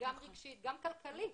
רגשית וגם כלכלית.